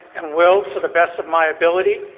and will to the best of my ability.